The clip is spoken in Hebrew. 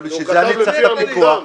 בשביל זה אני צריך את הפיקוח.